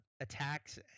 attacks